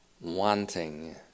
wanting